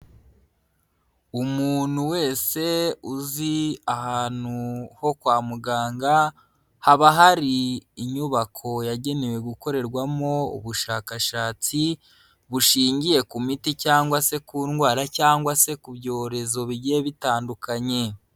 Umuntu wese uzi ahantu ho kwa muganga, haba hari inyubako yagenewe gukorerwamo ubushakashatsi, bushingiye ku miti cyangwa se ku ndwara cyangwa se ku byorezo bigiye bitandukanye.